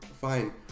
fine